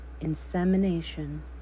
insemination